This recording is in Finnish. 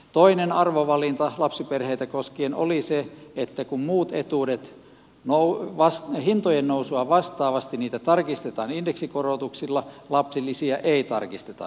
toinen arvovalinta lapsiperheitä koskien oli se että kun muita etuuksia hintojen nousua vastaavasti tarkistetaan indeksikorotuksilla lapsilisiä ei tarkisteta indeksikorotuksilla